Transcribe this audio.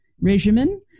regimen